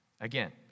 Again